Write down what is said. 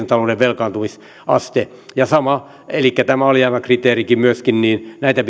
talouden velkaantumisaste elikkä tämä oli myöskin aivan kriteeri näitä